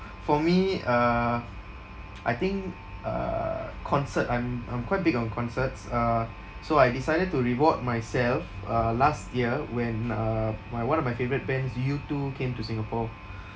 for me uh I think uh concert I'm I'm quite big on concerts uh so I decided to reward myself uh last year when uh my one of my favourite bands U two came to singapore